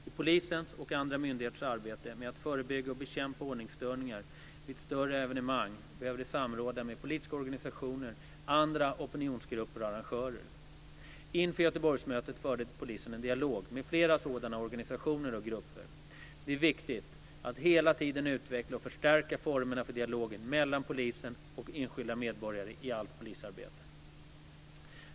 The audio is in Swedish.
I polisens och andra myndigheters arbete med att förebygga och bekämpa ordningsstörningar vid större evenemang behöver de samråda med politiska organisationer, andra opinionsgrupper och arrangörer. Inför Göteborgsmötet förde polisen en dialog med flera sådana organisationer och grupper. Det är viktigt att hela tiden utveckla och förstärka formerna för dialogen mellan polisen och enskilda medborgare i allt polisarbete.